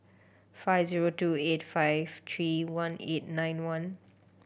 five zero two eight five three one eight nine one